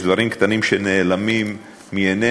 יש דברים קטנים שנעלמים מעינינו,